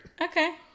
Okay